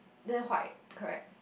then white correct